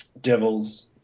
Devils